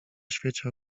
świecie